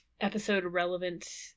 episode-relevant